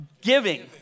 giving